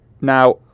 Now